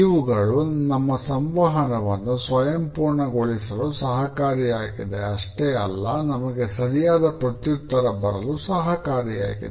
ಇವುಗಳು ನಮ್ಮ ಸಂವಹನವನ್ನು ಸ್ವಯಂ ಪೂರ್ಣಗೊಳಿಸಲು ಸಹಾಯಕಾರಿಯಾಗಿದೆ ಅಷ್ಟೇ ಅಲ್ಲ ನಮಗೆ ಸರಿಯಾದ ಪ್ರತ್ಯುತ್ತರ ಬರಲು ಸಹಕಾರಿಯಾಗಿದೆ